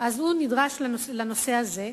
נדרש לנושא הזה.